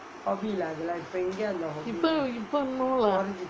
இப்போ இப்போ:ippo ippo no lah